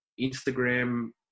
Instagram